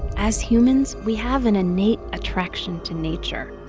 as humans, we have an innate attraction to nature.